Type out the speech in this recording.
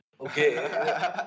okay